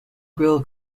grille